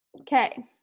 okay